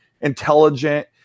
intelligent